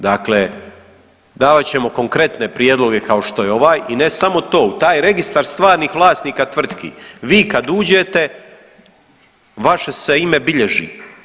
Dakle, davat ćemo konkretne prijedloge kao što je ovaj i ne samo to, u taj registar stvarnih vlasnika tvrtki vi kad uđete vaše se ime bilježi.